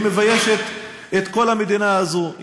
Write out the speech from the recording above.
היא מביישת את כל המדינה הזאת,